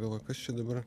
galvoju kas čia dabar